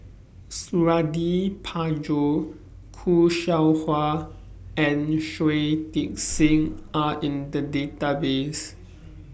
Suradi Parjo Khoo Seow Hwa and Shui Tit Sing Are in The Database